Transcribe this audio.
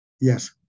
Yes